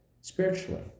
spiritually